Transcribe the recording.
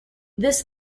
this